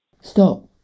Stop